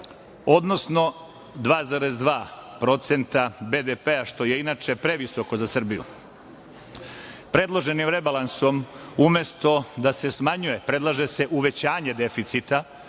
odnosno 2,2 % BDP-a, što je inače previsoko za Srbiju. Predloženim rebalansom umesto da se smanjuje, predlaže se uvećanje deficita